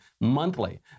monthly